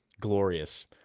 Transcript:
Glorious